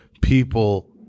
people